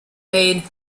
made